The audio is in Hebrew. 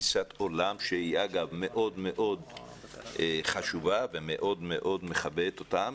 תפיסת עולם שהיא מאוד חשובה ומאוד מכבדת אותם,